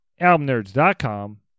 Albumnerds.com